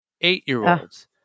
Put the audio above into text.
Eight-year-olds